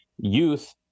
youth